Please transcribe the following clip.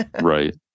Right